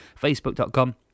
Facebook.com